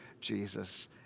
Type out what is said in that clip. Jesus